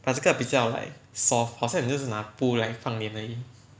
but 这个比较 like soft 好像你懂就是拿布放脸而已